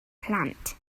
plant